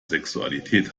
sexualität